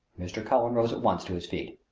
mr. cullen rose at once to his feet.